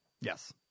Yes